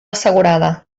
assegurada